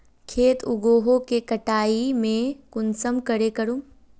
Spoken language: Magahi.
खेत उगोहो के कटाई में कुंसम करे करूम?